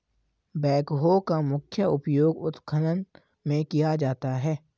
backhoe का मुख्य उपयोग उत्खनन में किया जाता है